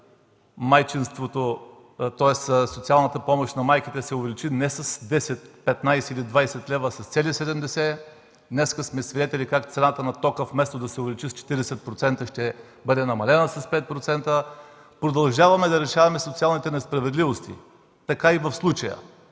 всички видяха – социалната помощ на майките се увеличи не с 10-15 или 20 лв., а с цели 70 лв. Днес сме свидетели как цената на тока вместо да се увеличи с 40% ще бъде намалена с 5%. Продължаваме да решаваме социалните несправедливости – така е и в случая